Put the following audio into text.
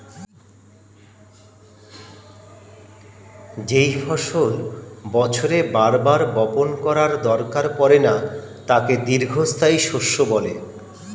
যেই ফসল বছরে বার বার বপণ করার দরকার পড়ে না তাকে দীর্ঘস্থায়ী শস্য বলে